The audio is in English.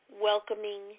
welcoming